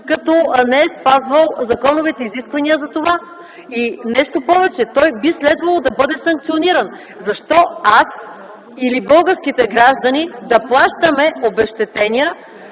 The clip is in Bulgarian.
като не е спазвал законовите изисквания за това. Нещо повече, той би следвало да бъде санкциониран. Защо аз или българските граждани да плащаме обезщетения